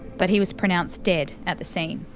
but he was pronounced dead at the scene.